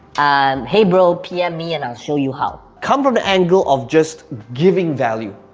and hey bro pm me and i'll show you how. come from the angle of just giving value,